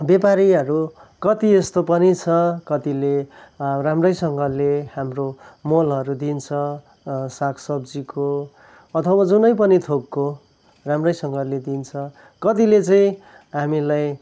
व्यापारीहरू कति यस्तो पनि छ कतिले राम्रैसँगले हाम्रो मोलहरू दिन्छ साग सब्जीको अथवा जुनै पनि थोकको राम्रैसँगले दिन्छ कतिले चाहिँ हामीलाई